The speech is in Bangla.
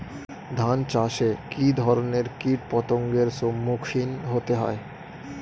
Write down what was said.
ধান চাষে কী ধরনের কীট পতঙ্গের সম্মুখীন হতে হয়?